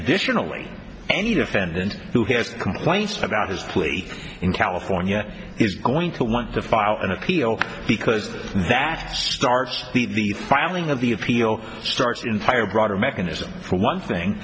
additionally any defendant who has complaints about his plea in california is going to want to file an appeal because that starts the filing of the appeal starts entire broader mechanism for one thing